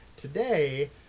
Today